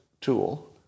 tool